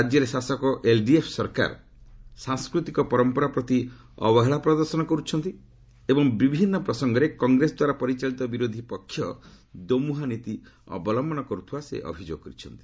ରାଜ୍ୟରେ ଶାସକ ଏଲ୍ଡିଏଫ୍ ସରକାର ସାଂସ୍କୃତିକ ପରମ୍ପରା ପ୍ରତି ଅବହେଳା ପ୍ରଦର୍ଶନ କରୁଛନ୍ତି ଏବଂ ବିଭିନ୍ନ ପ୍ରସଙ୍ଗରେ କଂଗ୍ରେସ ଦ୍ୱାରା ପରିଚାଳିତ ବିରୋଧୀପକ୍ଷ ଦୋମୁହାଁ ନୀତି ଅବଲମ୍ଭନ କରୁଥିବା ସେ ଅଭିଯୋଗ କରିଛନ୍ତି